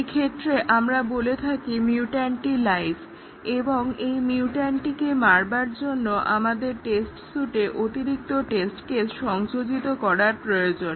এক্ষেত্রে আমরা বলে থাকি মিউট্যান্টটি লাইভ এবং এই মিউট্যান্টটিকে মারবার জন্য আমাদের টেস্ট সুটে অতিরিক্ত টেস্ট কেস সংযোজিত করার প্রয়োজন